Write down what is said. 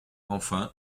enfin